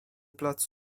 placu